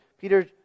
Peter